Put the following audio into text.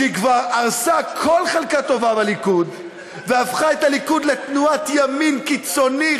שהיא כבר הרסה כל חלקה טובה בליכוד והפכה את הליכוד לתנועת ימין קיצוני,